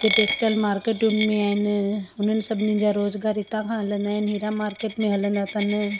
कंहिं टेक्सटाइल मार्केटुनि में आहिनि हुननि सभिनीनि जा रोज़गार हितां खां हलंदा आहिनि हीरा मार्केट में हलंदा अथनि